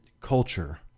culture